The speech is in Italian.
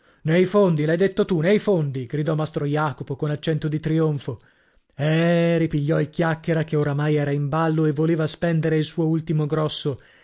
nei fondi l'hai detto tu nei fondi gridò mastro jacopo con accento di trionfo eh ripigliò il chiacchiera che oramai era in ballo e voleva spendere il suo ultimo grosso